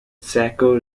saco